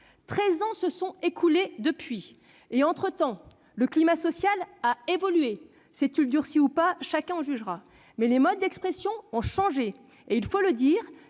ans se sont écoulés depuis. Entre-temps, le climat social a évolué. S'est-il durci ou pas ? Chacun en jugera ! En tout cas, les modes d'expression ont changé. Il faut le dire,